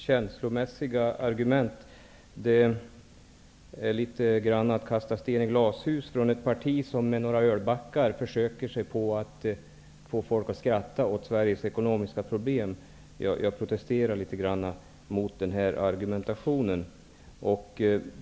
Herr talman! Att säga att det rör sig om känslomässiga argument är litet grand som att kasta sten i glashus för ett parti som med några ölbackar försöker sig på att få folk att skratta åt Sveriges ekonomiska problem. Jag protesterar mot denna argumentation.